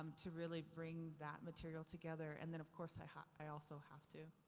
um to really bring that material together. and then of course i ha, i also have to